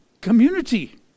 community